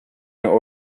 your